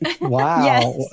Wow